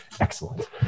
Excellent